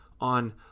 on